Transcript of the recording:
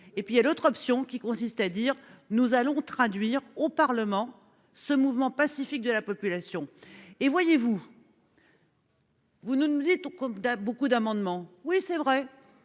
Et puis il y a l'autre option qui consiste à dire nous allons traduire au Parlement ce mouvement pacifique de la population et, voyez-vous. Vous ne nous dites tout comme d'hab beaucoup d'amendements. Oui c'est vrai